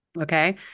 Okay